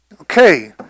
Okay